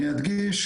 אני אדגיש,